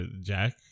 jack